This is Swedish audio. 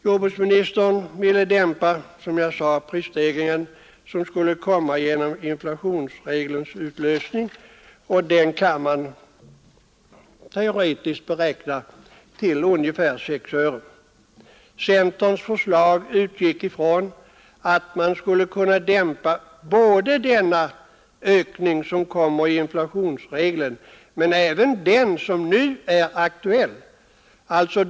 Jordbruksministern ville som sagt dämpa den prisstegring som skulle komma genom inflationsregelns utlösning, och den kunde teoretiskt beräknas till ungefär 6 öre. Centerns förslag utgick ifrån att man skulle dämpa både denna ökning, som hade samband med inflationsregeln, och den som nu är aktuell.